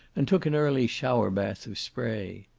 and took an early shower-bath of spray.